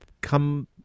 come